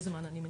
רק אני כן